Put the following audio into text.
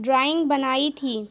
drawing بنائی تھی